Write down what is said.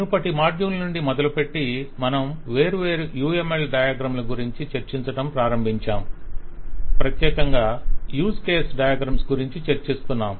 మునుపటి మాడ్యూల్ నుండి మొదలుపెట్టి మనము వేర్వేరు UML డయాగ్రమ్ ల గురించి చర్చించడం ప్రారంభించాము、ప్రత్యేకంగా యూజ్ కేస్ డయాగ్రమ్స్ గురించి చర్చిస్తున్నాం